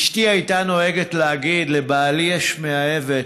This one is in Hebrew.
אשתי הייתה נוהגת להגיד: לבעלי יש מאהבת,